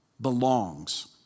belongs